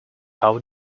how